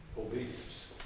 obedience